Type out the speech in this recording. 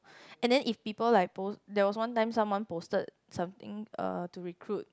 and then if people like post there was one time someone posted something uh to recruit